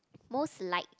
most like